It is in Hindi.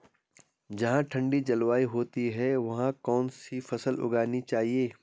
जहाँ ठंडी जलवायु होती है वहाँ कौन सी फसल उगानी चाहिये?